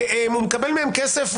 מקבל מהם כסף,